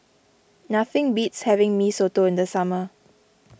nothing beats having Mee Soto in the summer